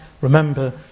remember